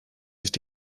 nicht